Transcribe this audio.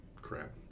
Crap